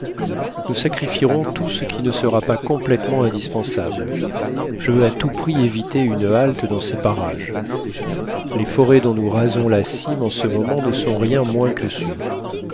nous sacrifierons tout ce qui ne sera pas complètement indispensable je veux à tout prix éviter une halte dans ces parages les forêts dont nous rasons la cime en ce moment ne sont rien moins que sûres